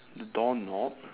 the door knob